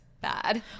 bad